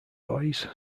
boys